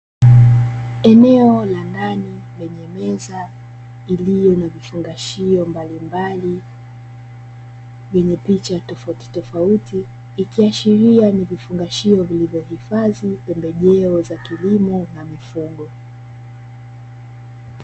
Eneo la ndani lenye meza iliyo na vifungashio mbalimbali vyenye picha tofautitofauti, ikiashiria ni vifungashio vilivyohifadhi pembejeo za kilimo na mifugo.